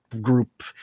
group